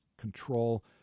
control